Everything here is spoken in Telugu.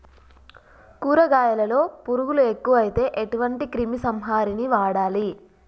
కూరగాయలలో పురుగులు ఎక్కువైతే ఎటువంటి క్రిమి సంహారిణి వాడాలి?